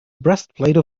breastplate